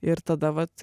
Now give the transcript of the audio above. ir tada vat